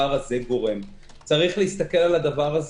כי התנועה